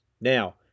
Now